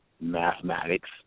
Mathematics